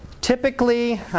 Typically